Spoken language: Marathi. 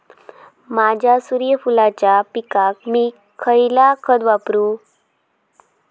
माझ्या सूर्यफुलाच्या पिकाक मी खयला खत वापरू?